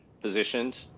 positioned